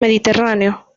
mediterráneo